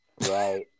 right